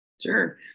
Sure